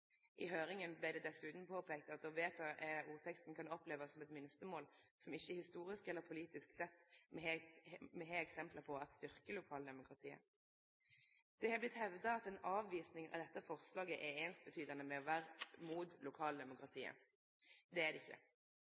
I høyringa vart det dessutan peikt på at å vedta ordteksta kan verte opplevd som eit minstemål som me ikkje historisk eller politisk har sett eksempel på styrkjer lokaldemokratiet. Det har vorte hevda at ei avvising av dette forslaget betyr det same som å vere mot lokaldemokratiet. Det er det ikkje.